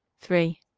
three